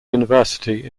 university